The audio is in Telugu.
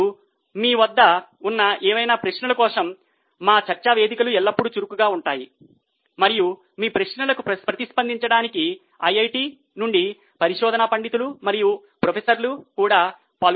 మరియు మీ వద్ద ఉన్న ఏవైనా ప్రశ్నల కోసం మా చర్చా వేదికలు ఎల్లప్పుడూ చురుకుగా ఉంటాయి మరియు మీ ప్రశ్నలకు ప్రతిస్పందించడానికి ఐఐటి నుండి పరిశోధనా పండితులు మరియు ప్రొఫెసర్లు కూడా పాల్గొంటున్నారు